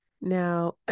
now